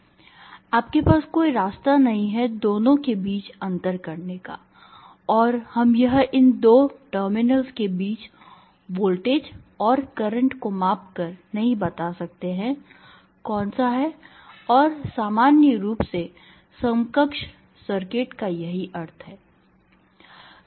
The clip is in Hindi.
आपके पास कोई रास्ता नहीं है दोनों के बीच अंतर करने का और हम यह इन दो टर्मिनल्स के बीच वोल्टेज और करंट को मापकर नहीं बता सकते हैं कौन सा है और सामान्य रूप से समकक्ष सर्किट का यही अर्थ है